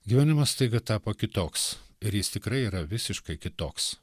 gyvenimas staiga tapo kitoks ir jis tikrai yra visiškai kitoks